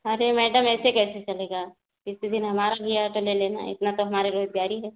अरे मैडम ऐसे कैसे चलेगा किसी दिन हमारा भी आटो ले लेना इतना तो हमारी रोज़गारी है